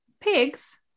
Pigs